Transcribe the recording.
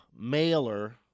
mailer